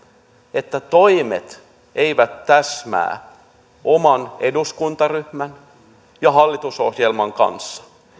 että toimet eivät täsmää oman eduskuntaryhmän ja hallitusohjelman kanssa